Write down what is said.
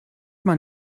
man